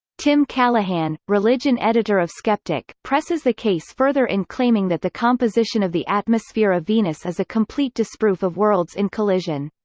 tim callahan, religion religion editor of skeptic, presses the case further in claiming that the composition of the atmosphere of venus is a complete disproof of worlds in collision.